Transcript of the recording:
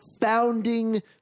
founding